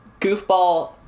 goofball